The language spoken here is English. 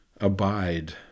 abide